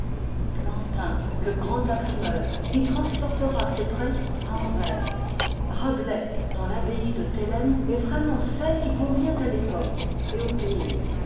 plantin le grand imprimeur qui transportera ses presses à anvers rabelais dont l'abbaye de thélème est vraiment celle qui convient à l'époque et au pays